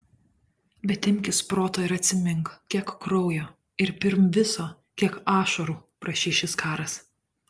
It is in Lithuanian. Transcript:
bet imkis proto ir atsimink kiek kraujo ir pirm viso kiek ašarų prašys šis karas